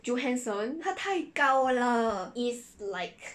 johnson is like